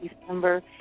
December